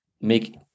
make